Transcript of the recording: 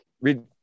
read